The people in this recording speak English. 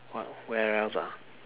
what where else ah